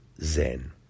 zen